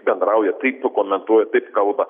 bendrauja taip pakomentuoja taip kalba